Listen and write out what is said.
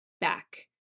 back